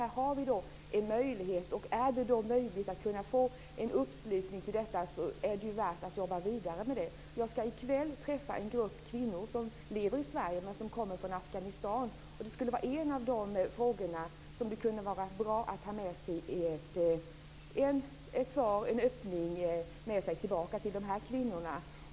Vi har nu en möjlighet, och det är värt att arbeta vidare med att få en uppslutning kring detta. Jag ska i kväll träffa en grupp kvinnor som lever i Sverige men som kommer från Afghanistan. Det kunde vara bra att ha med sig en öppning i denna fråga till de här kvinnorna.